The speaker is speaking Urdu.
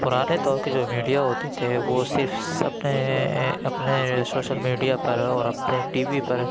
پرانے دور کے جو میڈیا ہوتے تھے وہ صرف اپنے اپنے شوشل میڈیا پر اور اپنے ٹی وی پر